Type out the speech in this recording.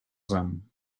them